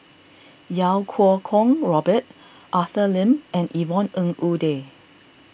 Iau Kuo Kwong Robert Arthur Lim and Yvonne Ng Uhde